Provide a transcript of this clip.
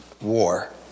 war